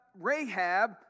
Rahab